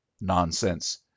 nonsense